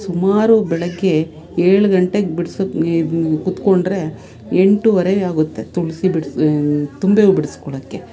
ಸುಮಾರು ಬೆಳಿಗ್ಗೆ ಏಳು ಗಂಟೆಗೆ ಬಿಡ್ಸೊಕ್ಕೆ ಕೂತ್ಕೊಂಡ್ರೆ ಎಂಟೂವರೆ ಆಗುತ್ತೆ ತುಲಸಿ ಬಿಡ್ಸಿ ತುಂಬೆ ಹೂ ಬಿಡ್ಸ್ಕೊಳೊಕ್ಕೆ